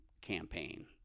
campaign